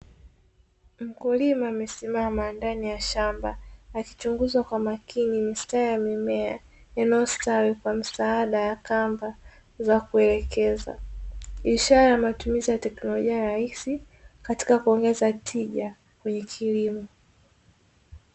Mkulima amesimama ndani ya shamba akichunguzwa kwa makini, mistari ya mimea yanayostawi kwa msaada ya kamba za kuelekeza ishara ya matumizi ya teknolojia rahisi katika kuongeza tija kwenye kilimo.